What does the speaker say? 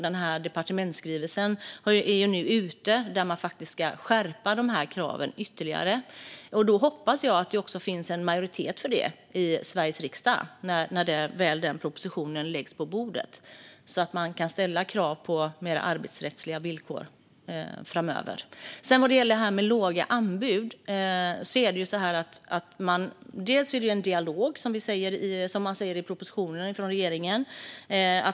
Departementsskrivelsen om att faktiskt ytterligare skärpa kraven är nu ute. Jag hoppas att det när propositionen väl läggs på bordet kommer att finnas en majoritet i Sveriges riksdag för att man framöver kan ställa krav på mer arbetsrättsliga villkor. När det gäller låga anbud gäller bland annat dialog, som det står i propositionen från regeringen.